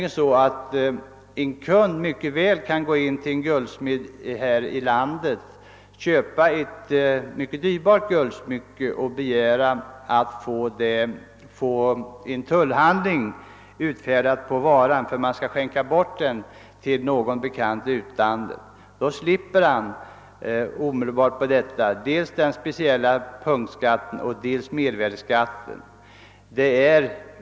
En kund kan nämligen mycket väl gå in i en guldsmedsaffär här i landet, köpa ett mycket dyrbart guldsmycke och begära att få en tullhandling utfärdad på varan — han behöver bara säga att han skall skänka bort guldsmycket till någon bekant i utlandet. Då slipper han omedelbart erlägga dels den speciella punktskatten, dels mervärdeskatten.